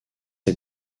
est